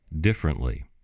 differently